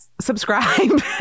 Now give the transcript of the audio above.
Subscribe